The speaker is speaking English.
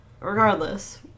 regardless